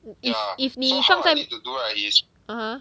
if if 你放在 (uh huh)